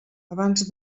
abans